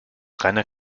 reiner